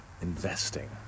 Investing